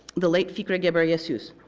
the late ficre ghebreyesus,